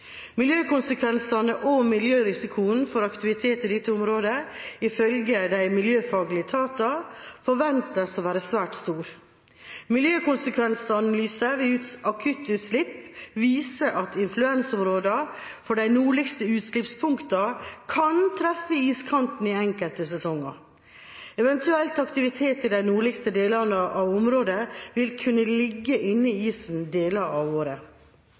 og miljøkonsekvensene ved aktivitet i dette området kan ifølge de miljøfaglige etatene bli svært store. Miljøkonsekvensanalyser ved akuttutslipp viser at influensområdene for de nordligste utslippspunktene kan treffe iskanten i enkelte sesonger. En eventuell aktivitet i de nordligste delene av området vil kunne ligge inne i isen deler av